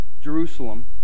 Jerusalem